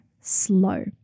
slow